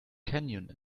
canyon